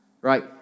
Right